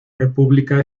república